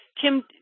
Kim